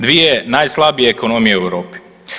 Dvije najslabije ekonomije u Europi.